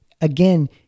again